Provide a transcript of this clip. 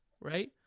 right